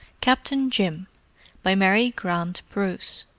captain jim by mary grant bruce